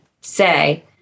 say